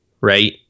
Right